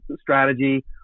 strategy